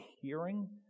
hearing